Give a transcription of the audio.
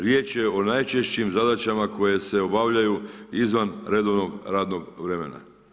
Riječ je o najčešćim zadaćama koje se obavljaju izvan redovnog radnog vremena.